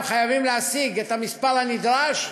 חייבות להשיג את המספר הנדרש,